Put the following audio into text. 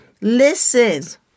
listens